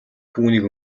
түүнийг